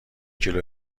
کیلو